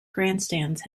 grandstands